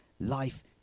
Life